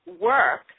work